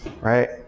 right